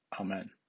Amen